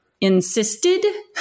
insisted